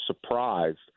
surprised